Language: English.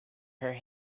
her